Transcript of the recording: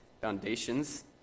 foundations